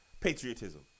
patriotism